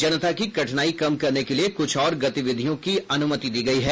जनता की कठिनाई कम करने के लिए कुछ और गतिविधियों की अनुमति दी गई है